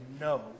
no